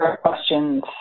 questions